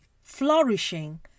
flourishing